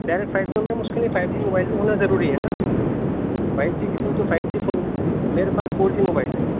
direct five کو ma'am اس کے لیے فائیو جی موبائل بھی ہونا ضروری ہے نا فائیو جی کی سم فائیو جی فون میرے پاس فور جی موبائل ہے